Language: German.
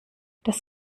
das